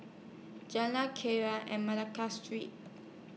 Jalan and Malacca Street